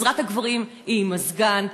עזרת הגברים היא עם מזגן,